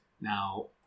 now